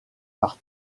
par